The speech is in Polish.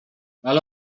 ale